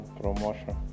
promotion